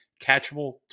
catchable